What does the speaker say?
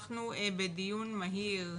אנחנו בדיון מהיר,